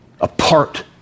apart